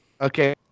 Okay